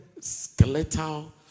skeletal